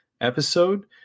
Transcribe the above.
episode